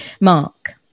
mark